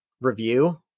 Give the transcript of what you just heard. review